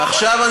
עכשיו,